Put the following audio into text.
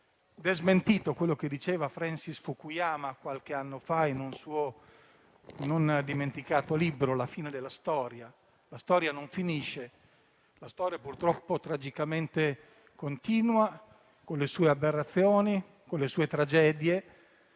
È smentito quello che diceva Francis Fukuyama, qualche anno fa, in un suo non dimenticato libro, «La fine della storia»: la storia non finisce; la storia, purtroppo, tragicamente continua, con le sue aberrazioni e con le sue tragedie,